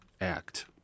act